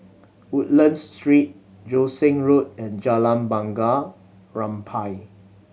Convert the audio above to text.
Woodlands Street Joo Seng Road and Jalan Bunga Rampai